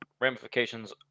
ramifications